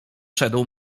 szedł